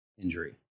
Injury